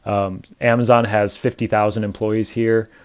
um, amazon has fifty thousand employees here,